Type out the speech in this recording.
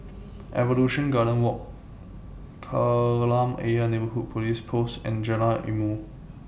Evolution Garden Walk Kolam Ayer Neighbourhood Police Post and Jalan Ilmu